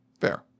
Fair